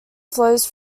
flows